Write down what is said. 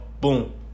boom